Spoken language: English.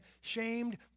shamed